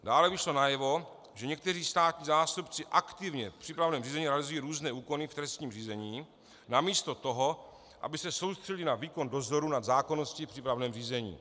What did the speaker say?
Dále vyšlo najevo, že někteří státní zástupci aktivně v přípravném řízení realizují různé úkony v trestním řízení namísto toho, aby se soustředili na výkon dozoru nad zákonností v přípravném řízení.